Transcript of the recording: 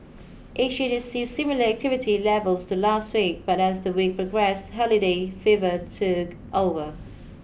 Asia did see similar activity levels to last week but as the week progress holiday fever took over